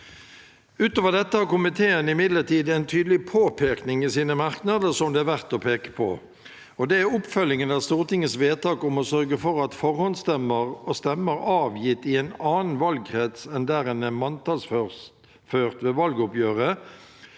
Utover dette har komiteen imidlertid en tydelig påpekning i sine merknader som det er verdt å peke på, og det er oppfølgingen av Stortingets vedtak om å sørge for at forhåndsstemmer og stemmer avgitt i en annen valgkrets enn der en er manntallsført ved valgoppgjøret,